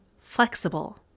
flexible